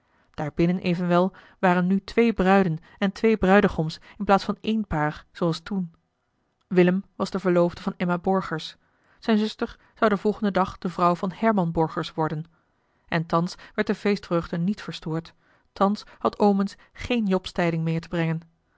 binnen evenwel waren nu twee bruiden en twee bruidegoms in plaats van één paar zooals toen willem was de verloofde van emma borgers zijne zuster zou den volgenden dag de vrouw van herman borgers worden en thans werd de feestvreugde niet verstoord thans had omens geene jobstijding meer te brengen